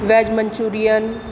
veg manchurian